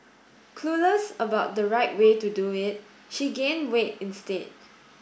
clueless about the right way to do it she gained weight instead